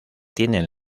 tienen